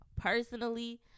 personally